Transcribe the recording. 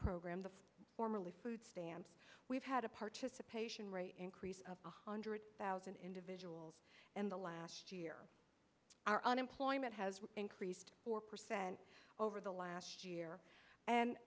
program the formerly food stamps we've had a participation rate increase of one hundred thousand individuals in the last year our unemployment has increased four percent over the last year and